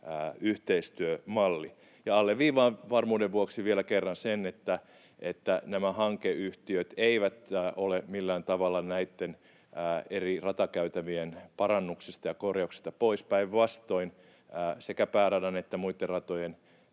yhteistyömalli. Alleviivaan varmuuden vuoksi vielä kerran sen, että nämä hankeyhtiöt eivät ole millään tavalla näitten eri ratakäytävien parannuksista ja korjauksista pois, päinvastoin. Sekä pääradan että muitten ratojen,